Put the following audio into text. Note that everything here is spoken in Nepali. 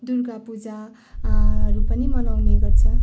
दुर्गापूजा हरू पनि मनाउने गर्छ